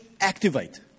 activate